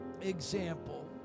example